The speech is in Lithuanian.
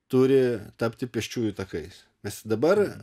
turi tapti pėsčiųjų takais nes dabar